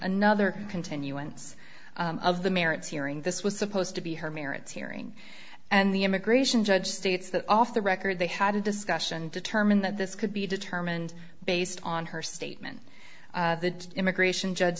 another continuance of the merits hearing this was supposed to be her merits hearing and the immigration judge states that off the record they had a discussion determined that this could be determined based on her statement the immigration judge